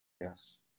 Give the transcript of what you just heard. Yes